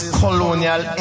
colonial